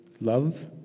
love